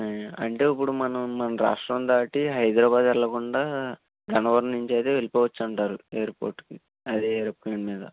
అంటే ఇప్పుడు మనం మన రాష్ట్రం దాటి హైదరాబాదు వెళ్ళకుండా గన్నవరం నుంచి అయితే వెళ్ళిపోవచ్చంటారు ఎయిర్పోర్ట్కి అదే ఏరోప్లెయిన్ మీద